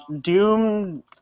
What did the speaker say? Doom